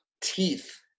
Teeth